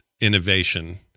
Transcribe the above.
innovation